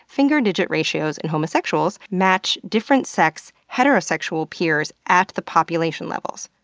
finger-digit ratios in homosexuals match different-sex heterosexual peers at the population levels.